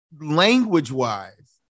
language-wise